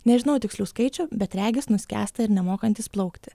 nežinau tikslių skaičių bet regis nuskęsta ir nemokantys plaukti